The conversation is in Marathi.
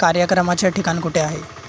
कार्यक्रमाचे ठिकाण कुठे आहे